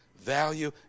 value